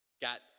got